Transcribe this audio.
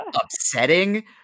upsetting